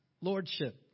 lordship